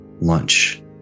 lunch